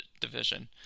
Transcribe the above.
division